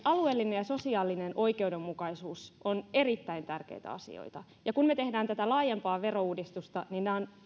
alueellinen ja sosiaalinen oikeudenmukaisuus ovat erittäin tärkeitä asioita kun me teemme tätä laajempaa verouudistusta nämä ovat